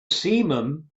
simum